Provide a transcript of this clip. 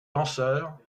penseurs